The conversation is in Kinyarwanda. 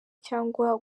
cyangwa